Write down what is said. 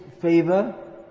favor